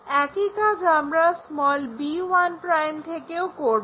একই কাজ আমরা b1' থেকেও করব